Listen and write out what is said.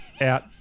out